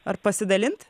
ar pasidalint